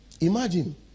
Imagine